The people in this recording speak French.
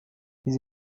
ils